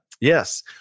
Yes